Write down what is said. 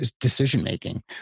decision-making